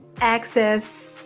access